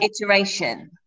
iteration